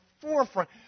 forefront